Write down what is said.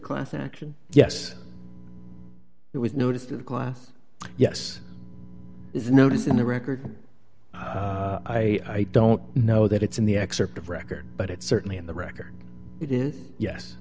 class action yes it was noted glass yes is a notice on the record i don't know that it's in the excerpt of record but it's certainly in the record it is yes